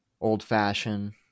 old-fashioned